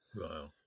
Wow